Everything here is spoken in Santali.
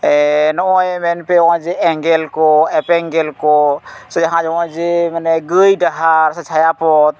ᱦᱚᱸᱜᱼᱚᱭ ᱢᱮᱱᱯᱮ ᱦᱚᱸᱜᱼᱚᱭ ᱡᱮ ᱮᱸᱜᱮᱞ ᱠᱚ ᱮᱯᱮᱝᱜᱮᱞ ᱠᱚ ᱥᱮ ᱡᱟᱦᱟᱸ ᱱᱚᱜᱼᱚᱭ ᱡᱮ ᱢᱟᱱᱮ ᱜᱟᱹᱭ ᱰᱟᱦᱟᱨ ᱥᱮ ᱪᱷᱟᱭᱟ ᱯᱚᱛᱷ